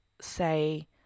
say